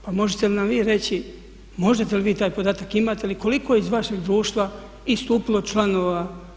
Pa možete li nam vi reći, možete li vi taj podatak imate li koliko je iz vašeg društva istupilo članova?